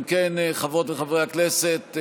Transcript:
אם כן, חברות וחברי הכנסת,